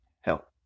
help